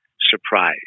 surprise